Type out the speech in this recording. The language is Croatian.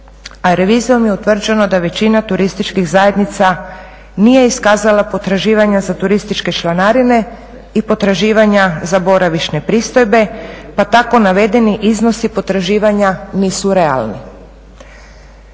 revizijom je utvrđeno da većina turističkih zajednica nije iskazala potraživanja za turističke članarine i potraživanja za boravišne pristojbe pa tako navedeni iznosi potraživanja nisu realni.